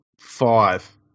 five